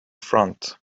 front